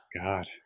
God